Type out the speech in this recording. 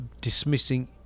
dismissing